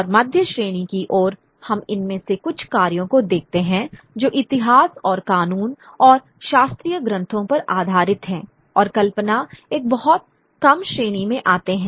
और मध्य श्रेणी की ओर हम इनमें से कुछ कार्यों को देखते हैं जो इतिहास और कानून और शास्त्रीय ग्रंथों पर आधारित हैं और कल्पना एक बहुत कम श्रेणी में आते हैं